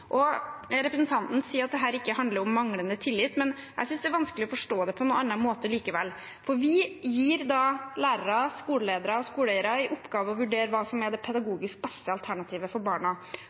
Representanten sier at dette ikke handler om manglende tillit, men jeg synes det er vanskelig å forstå det på noen annen måte. Vi gir lærere, skoleledere og skoleeiere i oppgave å vurdere hva som er det pedagogisk beste alternativet for barna.